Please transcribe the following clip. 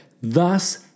thus